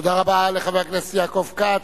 תודה רבה לחבר הכנסת יעקב כץ.